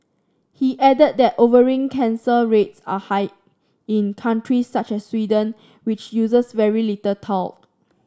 he added that ovarian cancer rates are high in countries such as Sweden which uses very little talc